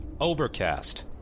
Overcast